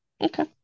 Okay